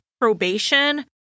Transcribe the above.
probation